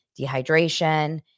dehydration